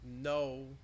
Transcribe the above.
no